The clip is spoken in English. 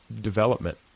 development